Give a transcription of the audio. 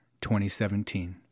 2017